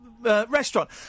Restaurant